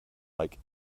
like